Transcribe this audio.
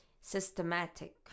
Systematic